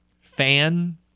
fan